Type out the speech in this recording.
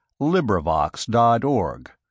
LibriVox.org